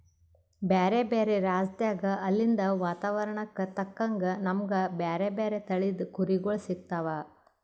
ಬ್ಯಾರೆ ಬ್ಯಾರೆ ರಾಜ್ಯದಾಗ್ ಅಲ್ಲಿಂದ್ ವಾತಾವರಣಕ್ಕ್ ತಕ್ಕಂಗ್ ನಮ್ಗ್ ಬ್ಯಾರೆ ಬ್ಯಾರೆ ತಳಿದ್ ಕುರಿಗೊಳ್ ಸಿಗ್ತಾವ್